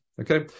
Okay